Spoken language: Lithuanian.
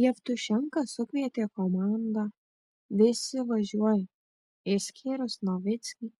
jevtušenka sukvietė komandą visi važiuoja išskyrus novickį